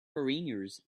foreigners